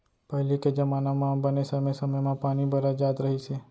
पहिली के जमाना म बने समे समे म पानी बरस जात रहिस हे